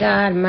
God